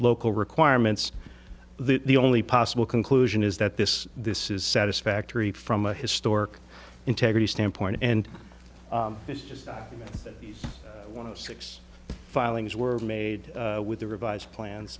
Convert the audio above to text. local requirements the only possible conclusion is that this this is satisfactory from a historic integrity standpoint and it's just one of six filings were made with the revised plans